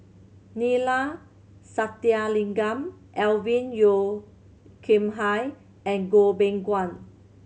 Neila Sathyalingam Alvin Yeo Khirn Hai and Goh Beng Kwan